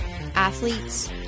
athletes